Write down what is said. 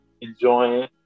enjoying